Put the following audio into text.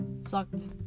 sucked